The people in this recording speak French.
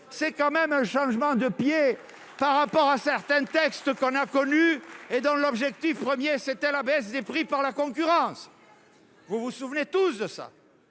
c'est quand même un changement de pied par rapport à certains textes qu'on a connu et dont l'objectif 1er c'était la baisse des prix par la concurrence, vous vous souvenez tous de ça